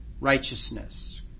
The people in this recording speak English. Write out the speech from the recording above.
righteousness